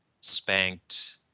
spanked